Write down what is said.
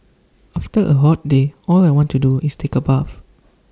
after A hot day all I want to do is take A bath